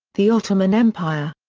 the ottoman empire.